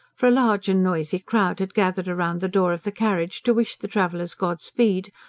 for a large and noisy crowd had gathered round the door of the carriage to wish the travellers god-speed,